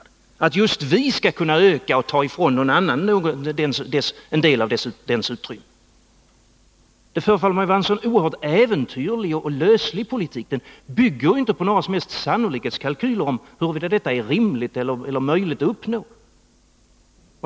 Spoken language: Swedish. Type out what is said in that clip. Kan det vara riktigt att just vi skall kunna öka vårt insteg och ta ifrån någon annan en del av dess utrymme? En sådan politik förefaller mig vara oerhört äventyrlig och löslig. Den bygger ju inte på några som helst sannolikhetskalkyler om huruvida detta är rimligt eller möjligt att uppnå.